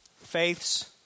faith's